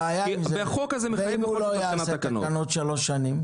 הבעיה עם זה, זה שאם הוא לא יעשה תקנות שלוש שנים?